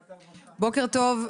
בוקר טוב.